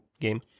game